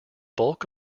bulk